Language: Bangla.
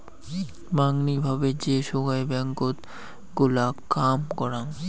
মাঙনি ভাবে যে সোগায় ব্যাঙ্কত গুলা কাম করাং